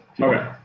Okay